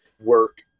work